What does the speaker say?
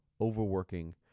overworking